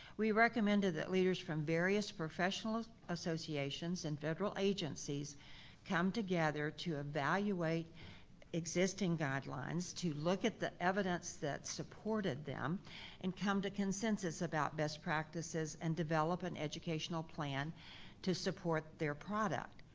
we recommended that leaders from various professional associations and federal agencies come together to evaluate existing guidelines to look at the evidence that supported them and come to consensus about best practices and develop an educational plan to support their product.